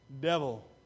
devil